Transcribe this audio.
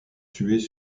tuées